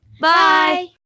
Bye